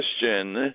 question